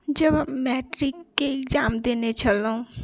जब हम मैट्रिकके एग्जाम देने छलहुँ